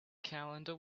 calendar